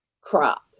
crop